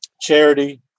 charity